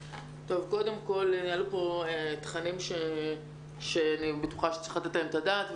קודם כל עלו פה תכנים שאני בטוחה שצריך לתת עליהם את הדעת,